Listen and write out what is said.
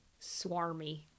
swarmy